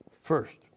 first